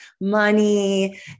money